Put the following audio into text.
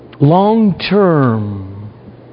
long-term